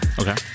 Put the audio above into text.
Okay